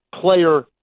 player